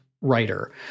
writer